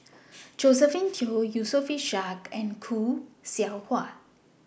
Josephine Teo Yusof Ishak and Khoo Seow Hwa